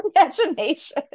imagination